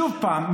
שוב פעם,